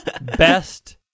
best